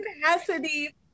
capacity